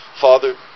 Father